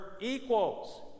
equals